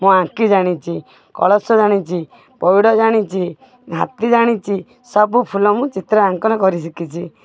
ମୁଁ ଆଙ୍କି ଜାଣିଛି କଳସ ଜାଣିଛି ପଇଡ଼ ଜାଣିଛି ହାତୀ ଜାଣିଛି ସବୁ ଫୁଲ ମୁଁ ଚିତ୍ରାଙ୍କନ କରି ଶିଖିଛି